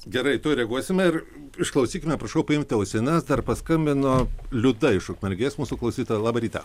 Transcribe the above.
gerai tuoj reaguosime ir išklausykime prašau paimti ausines dar paskambino liuda iš ukmergės mūsų klausytoja labą rytą